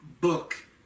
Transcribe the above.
book